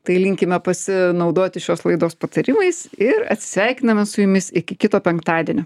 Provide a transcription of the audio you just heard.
tai linkime pasinaudoti šios laidos patarimais ir atsisveikiname su jumis iki kito penktadienio